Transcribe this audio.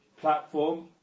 platform